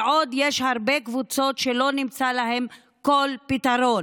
ויש עוד הרבה קבוצות שלא נמצא להן כל פתרון.